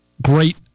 great